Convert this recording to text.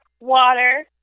Water